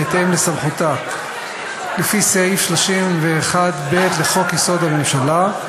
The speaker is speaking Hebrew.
בהתאם לסמכותה לפי סעיף 31(ב) לחוק-יסוד: הממשלה,